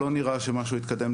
לא נראה שמשהו התקדם,